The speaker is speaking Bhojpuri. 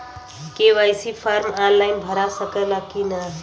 के.वाइ.सी फार्म आन लाइन भरा सकला की ना?